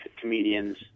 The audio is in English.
comedians